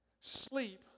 sleep